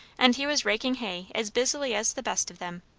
and he was raking hay as busily as the best of them.